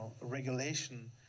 regulation